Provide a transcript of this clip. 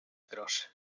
groszy